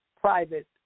private